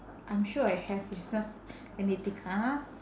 I'm sure I have just let me think ha